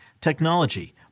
technology